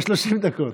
ב-30 דקות.